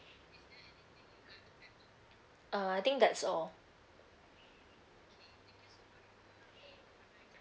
err I think that's all